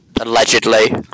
Allegedly